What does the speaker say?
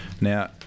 Now